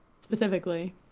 specifically